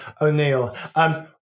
O'Neill